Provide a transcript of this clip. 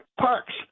parks